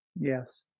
Yes